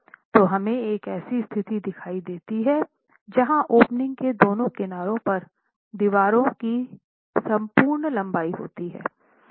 तो हमें एक ऐसी स्थिति दिखाई देती है जहां ओपनिंग के दोनों किनारों पर दीवारों की महत्वपूर्ण लंबाई होती है